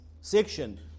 section